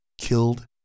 killed